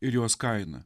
ir jos kainą